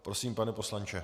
Prosím, pane poslanče.